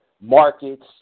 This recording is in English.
markets